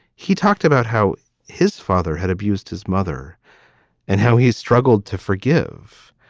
he talked about how his father had abused his mother and how he struggled to forgive.